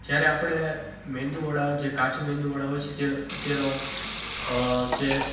જયારે આપણે મેંદુવડા જે કાચું મેંદુવડા હોય છે જે જેનો જે